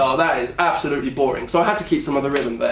ah that is absolutely boring, so i had to keep some of the rythm, but